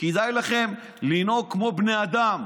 כדאי לכם לנהוג כמו בני אדם,